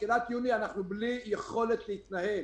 תחילת יוני אנחנו בלי יכולת להתנהל.